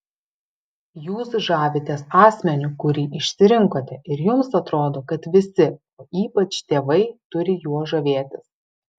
jūs žavitės asmeniu kurį išsirinkote ir jums atrodo kad visi o ypač tėvai turi juo žavėtis